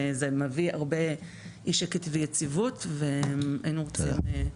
וזה מביא הרבה אי-שקט ויציבות, והיינו רוצים.